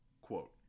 Quote